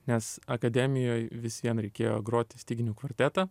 nes akademijoj visiem reikėjo groti styginių kvartetą